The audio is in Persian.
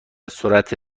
سرعت